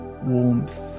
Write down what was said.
Warmth